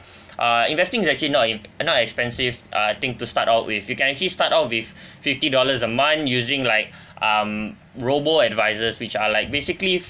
uh investing is actually not in~ not expensive uh thing to start out with you can actually start out with fifty dollars a month using like um robo advisors which are like basically